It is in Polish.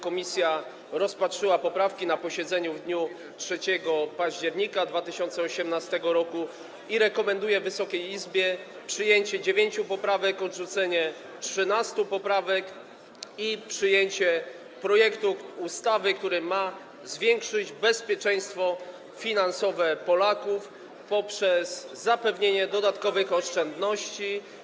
Komisja rozpatrzyła poprawki na posiedzeniu w dniu 3 października 2018 r. i rekomenduje Wysokiej Izbie przyjęcie dziewięciu poprawek, odrzucenie 13 poprawek i przyjęcie projektu ustawy, który ma zwiększyć bezpieczeństwo finansowe Polaków poprzez zapewnienie dodatkowych oszczędności.